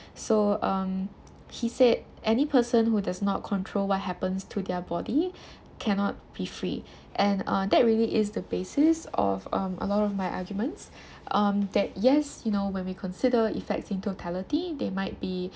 so um he said any person who does not control what happens to their body cannot be free and uh that really is the basis of um a lot of my arguments um that yes you know when we consider effects in totality they might be